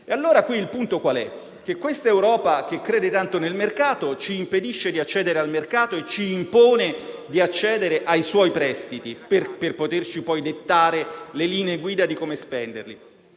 dei soldi. Il punto, allora, è che questa Europa che crede tanto nel mercato ci impedisce di accedere al mercato e ci impone di accedere ai suoi prestiti per poterci poi dettare le linee guida di come spenderli.